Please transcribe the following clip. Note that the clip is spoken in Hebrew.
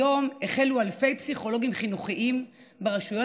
היום החלו אלפי פסיכולוגים חינוכיים ברשויות